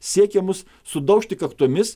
siekia mus sudaužti kaktomis